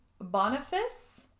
Boniface